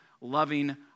loving